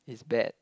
it's bad